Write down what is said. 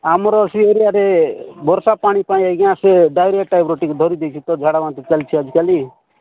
ଆମର ସେ ଏରିଆରେ ବର୍ଷା ପାଣି ପାଇଁ ଆଜ୍ଞା ସେ ଡାଇରେକ୍ଟ ଟ୍ୟାପର ଟିକେ ଧରି ଦେଇଛି ତ ଝାଡ଼ା ବାନ୍ତି ଚାଲିଛି ଆଜି କାଲି